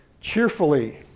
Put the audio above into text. cheerfully